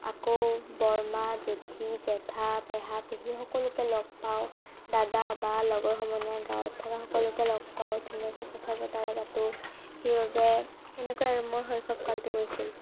আকৌ বৰমা জেঠী জেঠা পেহা পেহী সকলোকে লগ পাওঁ দাদা বা লগৰ সমনীয়া গাঁৱত থকা সকলোকে লগ পাওঁ ধুনীয়াকৈ কথা বতৰা পাতোঁ সেইবাবে সেনেকুৱাই আৰু মোৰ শৈশৱ কালটো গৈছিল